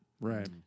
Right